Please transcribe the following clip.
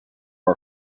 are